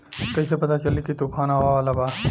कइसे पता चली की तूफान आवा वाला बा?